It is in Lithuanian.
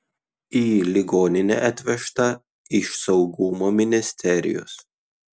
į ligoninę atvežta iš saugumo ministerijos